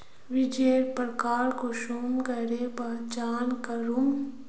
बीजेर प्रकार कुंसम करे पहचान करूम?